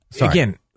Again